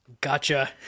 Gotcha